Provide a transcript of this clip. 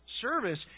service